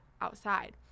outside